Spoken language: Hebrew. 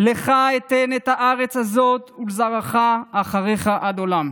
לך אתן את הארץ הזאת ולזרעך אחריך עד עולם.